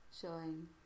showing